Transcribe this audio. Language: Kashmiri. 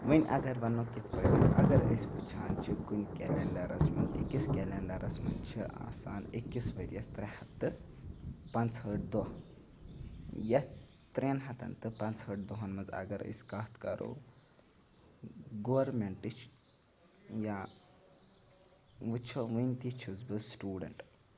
وۄنۍ اگر وَنو کِتھ پٲٹھۍ اگر أسۍ وٕچھان چھِ کُنہِ کٮ۪لٮ۪نڈَرَس منٛز أکِس کٮ۪لٮ۪نڈَرَس منٛز چھِ آسان أکِس ؤرۍیَس ترٛےٚ ہَتھ تہٕ پانٛژہٲٹھ دۄہ یَتھ ترٛٮ۪ن ہَتَن تہٕ پانٛژہٲٹھ دۄہَن منٛز اگر أسۍ کَتھ کَرو گورمٮ۪نٛٹٕچ یا وٕچھو وٕنۍ تہِ چھُس سٹوٗڈَنٛٹ